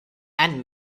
and